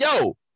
yo